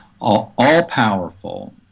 all-powerful